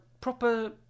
proper